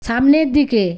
সামনের দিকে